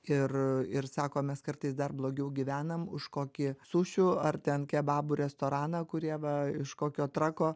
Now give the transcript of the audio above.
ir ir sako mes kartais dar blogiau gyvenam už kokį sušių ar ten kebabų restoraną kurie va iš kokio trako